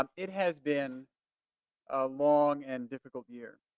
um it has been a long and difficult year